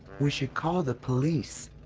we should call the police.